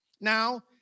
Now